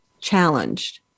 challenged